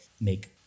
make